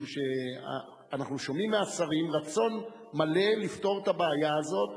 משום שאנחנו שומעים מהשרים רצון מלא לפתור את הבעיה הזאת,